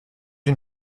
une